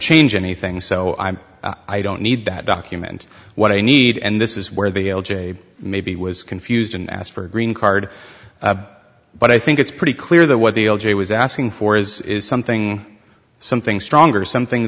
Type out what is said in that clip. change anything so i'm i don't need that document what i need and this is where the maybe was confused and asked for a green card but i think it's pretty clear that what the l g was asking for is something something stronger something